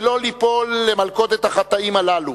שלא ליפול למלכודת החטאים הללו.